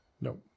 Nope